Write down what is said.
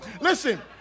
Listen